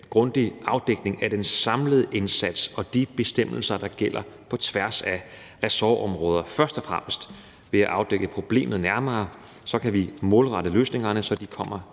grundig afdækning af den samlede indsats og de bestemmelser, der gælder på tværs af sorgområder. Jeg vil først og fremmest afdække problemet nærmere, og så kan vi målrette løsningerne, så de kommer